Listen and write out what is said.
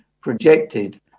projected